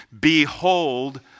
Behold